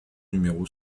numéro